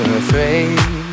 afraid